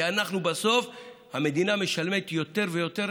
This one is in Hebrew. כי בסוף המדינה משלמת יותר ויותר